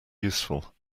useful